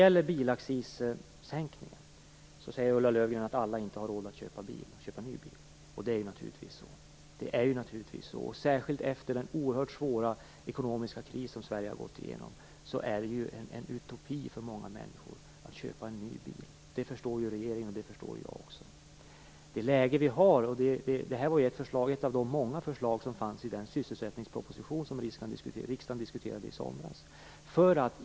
Ulla Löfgren säger att alla inte har råd att köpa ny bil. Så är det naturligtvis. Särskilt efter den oerhört svåra ekonomiska kris som Sverige har gått igenom är det en utopi för många människor att köpa en ny bil. Det förstår regeringen, och det förstår också jag. Det här var ett av de många förslag som fanns i den sysselsättningsproposition som riksdagen diskuterade i somras.